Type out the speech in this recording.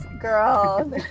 girl